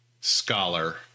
scholar